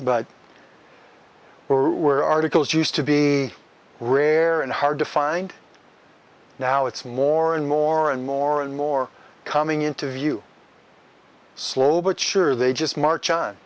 but there were articles used to be rare and hard to find now it's more and more and more and more coming into view slow but sure they just march on